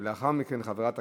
הרווחה והבריאות נתקבלה.